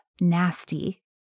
nasty